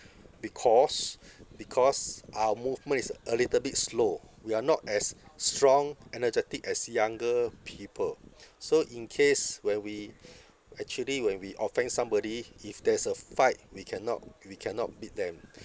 because because our movement is a little bit slow we are not as strong energetic as younger people so in case when we actually when we offend somebody if there's a fight we cannot we cannot beat them